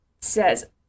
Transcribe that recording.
says